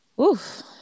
Oof